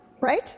right